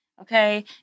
Okay